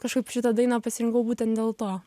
kažkaip šitą dainą pasirinkau būtent dėl to